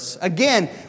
Again